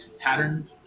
pattern